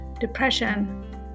depression